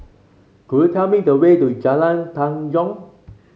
could you tell me the way to Jalan Tanjong